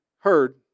heard